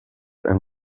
and